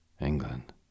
England